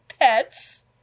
pets